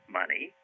money